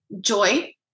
joy